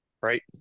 right